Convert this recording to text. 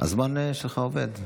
הזמן שלך עובד.